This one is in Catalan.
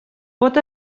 pot